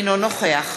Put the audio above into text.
אינו נוכח